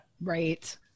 Right